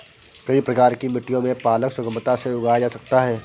कई प्रकार की मिट्टियों में पालक सुगमता से उगाया जा सकता है